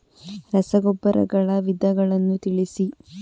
ರಸಗೊಬ್ಬರಗಳ ವಿಧಗಳನ್ನು ತಿಳಿಸಿ?